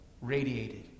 radiated